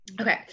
Okay